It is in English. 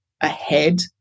ahead